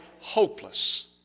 hopeless